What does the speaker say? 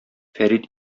фәрит